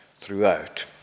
throughout